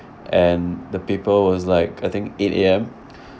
and the paper was like I think eight A_M